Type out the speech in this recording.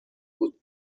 بود